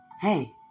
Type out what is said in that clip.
Hey